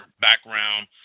background